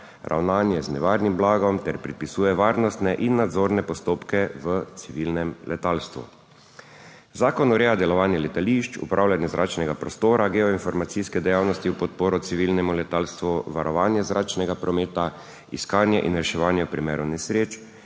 ravnanje z nevarnim blagom ter predpisuje varnostne in nadzorne postopke v civilnem letalstvu. Zakon ureja delovanje letališč, upravljanje zračnega prostora, geoinformacijske dejavnosti v podporo civilnemu letalstvu, varovanje zračnega prometa, iskanje in reševanje v primeru nesreč,